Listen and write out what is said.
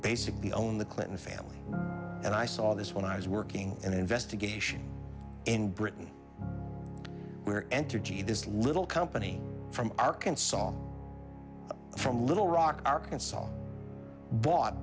basically own the clinton family and i saw this when i was working an investigation in britain where entergy this little company from our can song from little rock arkansas bought